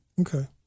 Okay